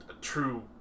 true